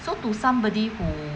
so to somebody who